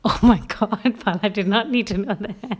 oh my god I've did not need to like that